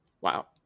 Wow